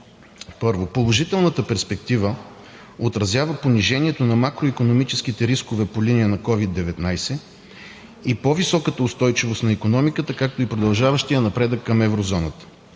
че положителната перспектива отразява понижението на макроикономическите рискове по линия на COVID-19 и по-високата устойчивост на икономиката, както и продължаващия напредък към еврозоната.